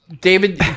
David